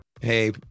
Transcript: hey